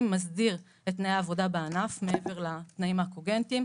מסדיר את תנאי העבודה בענף מעבר לתנאים הקוגנטיים,